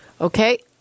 Okay